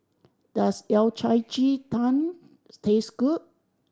does Yao Cai ji tang taste good